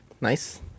nice